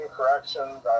corrections